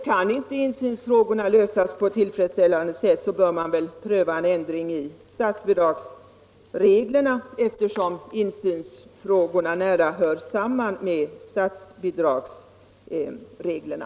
Kan inte insynsfrågorna lösas på ett tillfredsställande sätt bör man väl pröva en ändring av statsbidragsreglerna, eftersom insynsfrågorna nära hör samman med dessa.